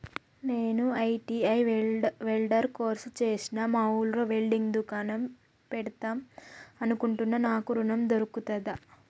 నేను ITI welder course చేశ్న మా ఊర్లో వెల్డింగ్ దుకాన్ పెడదాం అనుకుంటున్నా నాకు ఋణం దొర్కుతదా?